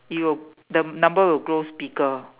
it will the number will grows bigger